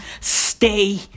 stay